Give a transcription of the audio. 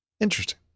Interesting